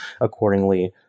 accordingly